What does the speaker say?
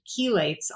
chelates